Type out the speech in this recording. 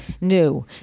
New